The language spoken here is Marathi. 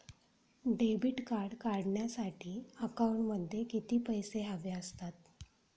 डेबिट कार्ड काढण्यासाठी अकाउंटमध्ये किती पैसे हवे असतात?